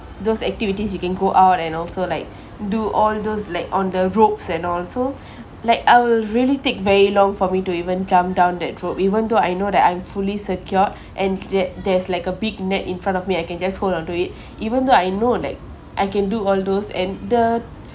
those activities you can go out and also like do all those like on the ropes and all so like I'll really take very long for me to even jump down that rope even though I know that I'm fully secured and there there's like a big net in front of me I can just hold on to it even though I know like I can do all those and the